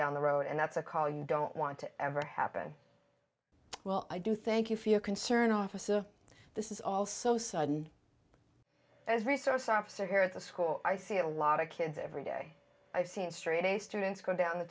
down the road and that's a call you don't want to ever happen well i do thank you for your concern officer this is all so sudden as resource officer here at the school i see a lot of kids every day i've seen straight a students going down the